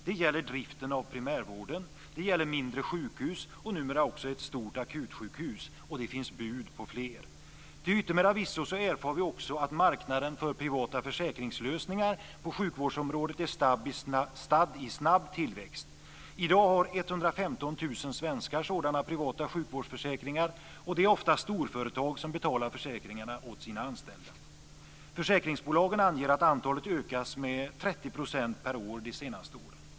Det gäller driften av primärvården, det gäller mindre sjukhus och numera också ett stort akutsjukhus - och det finns bud på fler. Till yttermera visso erfar vi också att marknaden för privata försäkringslösningar på sjukvårdsområdet är stadd i snabb tillväxt. I dag har 115 000 svenskar sådana privata sjukvårdsförsäkringar. Det är ofta storföretag som betalar försäkringarna åt sina anställda. Försäkringsbolagen anger att antalet ökat med 30 % per år de senaste åren.